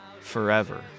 Forever